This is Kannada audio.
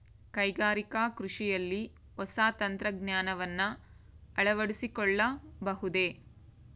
ಕೈಗಾರಿಕಾ ಕೃಷಿಯಲ್ಲಿ ಹೊಸ ತಂತ್ರಜ್ಞಾನವನ್ನ ಅಳವಡಿಸಿಕೊಳ್ಳಬಹುದೇ?